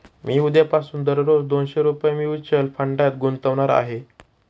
मी उद्यापासून दररोज दोनशे रुपये म्युच्युअल फंडात गुंतवणार आहे